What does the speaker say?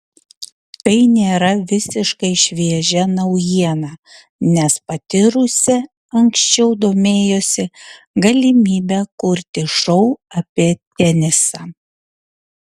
tai nėra visiškai šviežia naujiena nes pati rusė anksčiau domėjosi galimybe kurti šou apie tenisą